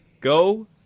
Go